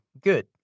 good